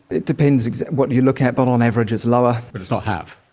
it depends what you look at, but on average it's lower. but it's not half.